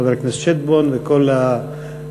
חבר הכנסת שטבון וכל הדוברים.